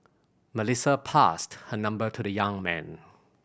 Melissa passed her number to the young man